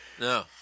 No